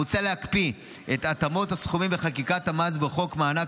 מוצע להקפיא את התאמות הסכומים בחקיקת המס ובחוק מענק